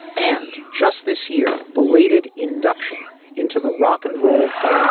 and just this year belated induction into the rock and roll hall